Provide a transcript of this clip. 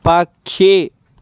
పక్షి